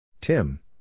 Tim